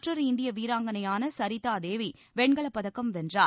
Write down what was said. மற்றொரு இந்திய வீராங்கணையான சரிதா தேவி வெண்கலப் பதக்கம் வென்றார்